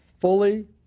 Fully